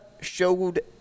showed